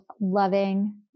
loving